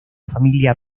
familia